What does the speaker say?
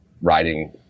riding